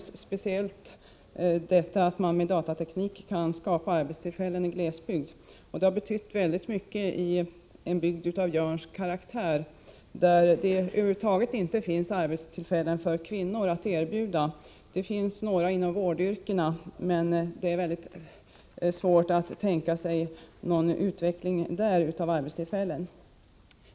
Speciellt detta att man med datateknik kan skapa arbetstillfällen i glesbygd har betytt väldigt mycket i en bygd av Jörns karaktär, där det över huvud taget inte finns arbetstillfällen att erbjuda kvinnor. Det finns några arbetstillfällen inom vårdyrkena, men det är väldigt svårt att tänka sig någon utveckling av sådana arbetstillfällen.